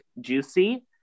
Juicy